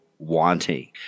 Wanting